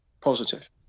positive